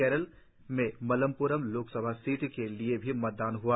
केरल में मल्लप्रम लोकसभा सीट के लिए भी मतदान ह्आ